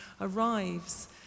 arrives